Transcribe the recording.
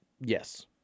Yes